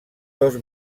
dos